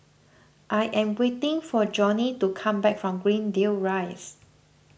I am waiting for Johnny to come back from Greendale Rise